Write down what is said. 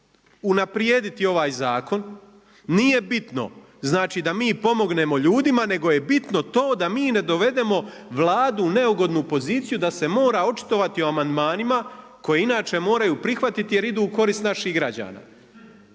unaprijediti ovaj zakon, nije bitno znači da mi pomognemo ljudima, nego je bitno to da mi ne dovedemo Vladu u neugodnu poziciju da se mora očitovati o amandmanima koji inače moraju prihvatiti jer idu u korist naših građana.